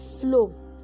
flow